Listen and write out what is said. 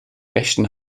rechten